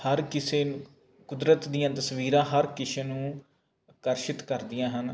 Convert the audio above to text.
ਹਰ ਕਿਸੇ ਕੁਦਰਤ ਦੀਆਂ ਤਸਵੀਰਾਂ ਹਰ ਕਿਸੇ ਨੂੰ ਆਕਰਸ਼ਿਤ ਕਰਦੀਆਂ ਹਨ